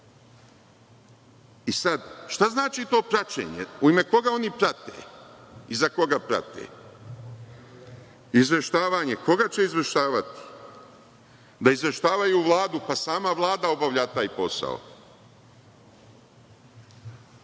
šta znači to praćenje? U ime koga oni prate i za koga prate? Izveštavanje. Koga će izveštavati? Da izveštavaju Vladu? Pa, sama Vlada obavlja taj posao. Zatim,